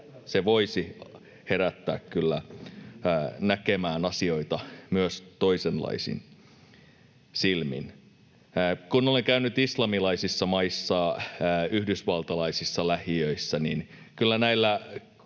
Se voisi herättää kyllä näkemään asioita myös toisenlaisin silmin. Kun olen käynyt islamilaisissa maissa ja yhdysvaltalaisissa lähiöissä, niin kyllä näillä